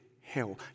hell